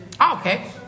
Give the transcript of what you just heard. Okay